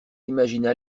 imagina